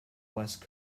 west